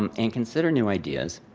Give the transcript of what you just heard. um and consider new ideas.